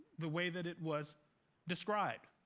the way that it was described.